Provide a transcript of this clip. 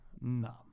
No